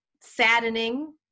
saddening